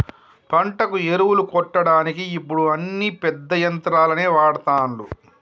పంటకు ఎరువులు కొట్టడానికి ఇప్పుడు అన్ని పెద్ద యంత్రాలనే వాడ్తాన్లు